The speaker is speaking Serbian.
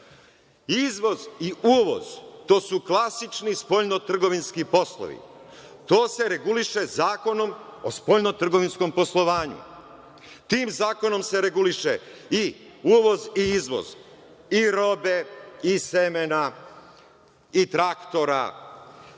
Izvoz i uvoz, to su klasični spoljnotrgovinski poslovi. To se reguliše Zakonom o spoljnotrgovinskom poslovanju. Tim zakonom se reguliše i uvoz i izvoz i robe i semena i traktora,